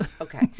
Okay